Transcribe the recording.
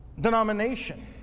denomination